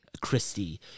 Christie